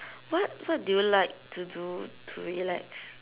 what what do you like to do to relax